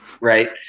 Right